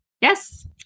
Yes